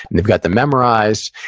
they've got them memorized.